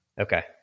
Okay